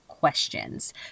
questions